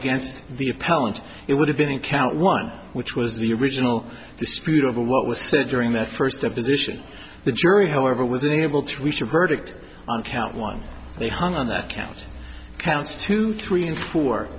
against the appellant it would have been in count one which was the original dispute over what was said during that first opposition the jury however was unable to reach a verdict on count one they hung on that count counts two three and four